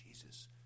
Jesus